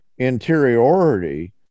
interiority